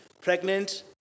Pregnant